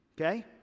Okay